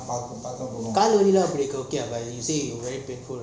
கால் வாலீலாம் எப்பிடி இருக்கு:kaal vaalilam epidi iruku okay eh say you very painful